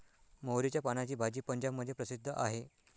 मोहरीच्या पानाची भाजी पंजाबमध्ये प्रसिद्ध आहे